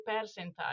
percentage